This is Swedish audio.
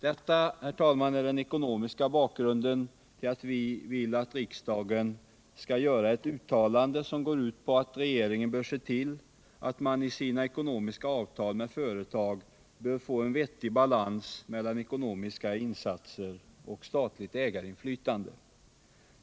Detta, herr talman, är den ekonomiska bakgrunden till att vi vill att riksdagen skall göra ett uttalande som går ut på att regeringen bör se till att man i sina ekonomiska avtal med företag får en vettig balans mellan ekonomiska insatser och statligt ägarinflytande.